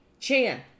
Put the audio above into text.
Chan